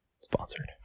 sponsored